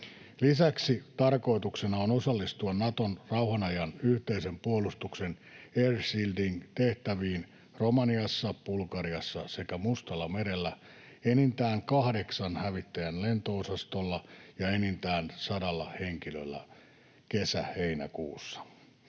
Lisäksi tarkoituksena on osallistua Naton rauhanajan yhteisen puolustuksen air shielding ‑tehtäviin Romaniassa, Bulgariassa sekä Mustallamerellä enintään kahdeksan hävittäjän lento-osastolla ja enintään sadalla henkilöllä kesä—heinäkuussa.